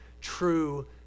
true